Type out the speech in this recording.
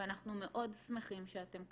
ואנחנו מאוד שמחים שאתם כאן.